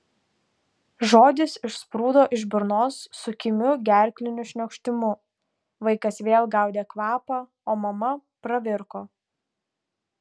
žodis išsprūdo iš burnos su kimiu gerkliniu šniokštimu vaikas vėl gaudė kvapą o mama pravirko